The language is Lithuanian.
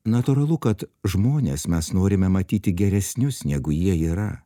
natūralu kad žmones mes norime matyti geresnius negu jie yra